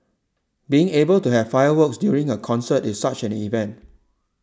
being able to have fireworks during a concert is such an event